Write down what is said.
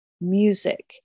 music